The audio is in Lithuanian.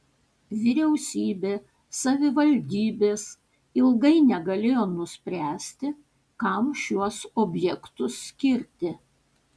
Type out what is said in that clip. vyriausybė savivaldybės ilgai negalėjo nuspręsti kam šiuos objektus skirti